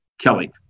Kelly